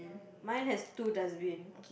mine has two dustbin